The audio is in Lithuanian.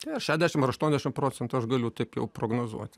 šešiasdešim ar aštuoniasdešim procentų aš galiu taip jau prognozuoti